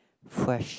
fresh